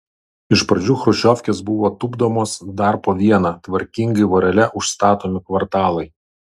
iš pradžių chruščiovkės buvo tupdomos dar po vieną tvarkingai vorele užstatomi kvartalai